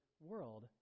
world